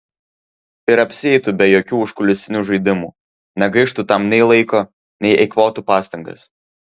ir apsieitų be jokių užkulisinių žaidimų negaištų tam nei laiko nei eikvotų pastangas